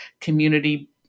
community